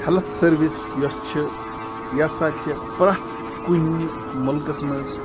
health service یۄس چھِ یہِ ہَسا چھِ پرٛٮ۪تھ کُنہِ مٕلکَس منٛز